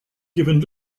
given